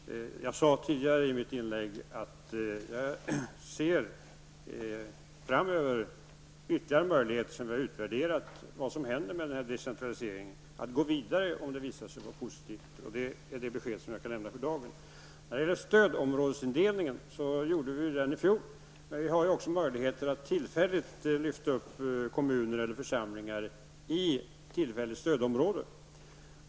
Herr talman! Jag sade tidigare i mitt inlägg att jag framöver, när vi har utvärderat vad som händer med denna decentralisering, ser ytterligare möjligheter att gå vidare om detta visar sig vara positivt. Det är det besked som jag för dagen kan lämna. Vi gjorde en stödområdesindelning i fjol. Men vi har också möjligheter att tillfälligt placera kommuner eller församlingar i stödområde.